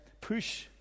push